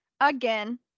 Again